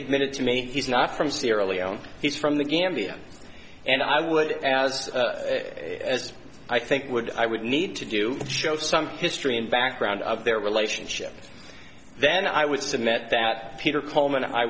admitted to me he's not from sierra leone he's from the gambia and i would as i think would i would need to do show some history and background of their relationship then i would submit that peter kohlmann i